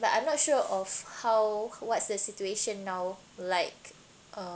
but I'm not sure of how what's the situation now like uh